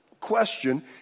question